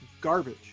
garbage